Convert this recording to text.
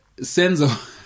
Senzo